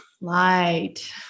light